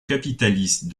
capitaliste